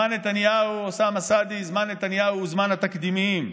אוסאמה סעדי, זמן נתניהו הוא זמן התקדימים.